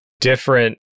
different